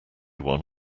one